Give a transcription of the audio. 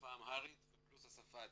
בשפה האמהרית פלוס השפה התיגריט.